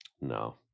No